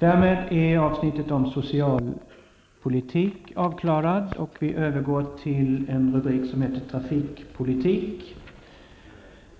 Nu övergår vi till att diskutera trafikpolitik.